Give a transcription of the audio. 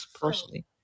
personally